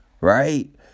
Right